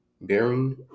bearing